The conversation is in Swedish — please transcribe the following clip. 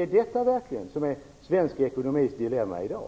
är detta som verkligen är svensk ekonomis dilemma i dag.